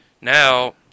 Now